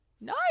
No